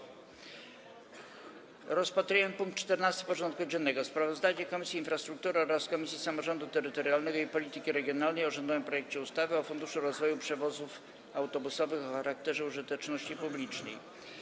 Powracamy do rozpatrzenia punktu 14. porządku dziennego: Sprawozdanie Komisji Infrastruktury oraz Komisji Samorządu Terytorialnego i Polityki Regionalnej o rządowym projekcie ustawy o Funduszu rozwoju przewozów autobusowych o charakterze użyteczności publicznej.